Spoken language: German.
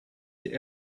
die